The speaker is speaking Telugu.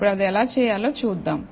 ఇప్పుడు అది ఎలా చేయాలో చూద్దాం